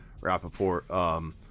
Rappaport